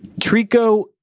Trico